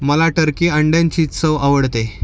मला टर्की अंड्यांची चव आवडते